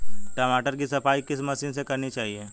टमाटर की सफाई किस मशीन से करनी चाहिए?